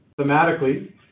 Thematically